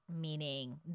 meaning